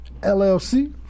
LLC